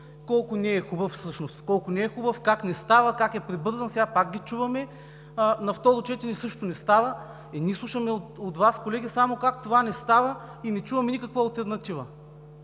първо четене колко не е хубав, как не става, как е прибързан. Сега пак чуваме, че на второ четене също не става. Е, ние слушаме от Вас, колеги, само как това не става и не чуваме никаква алтернатива.